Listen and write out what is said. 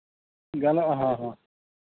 ᱜᱟᱱᱚᱜᱼᱟ ᱦᱮᱸ ᱦᱮᱸ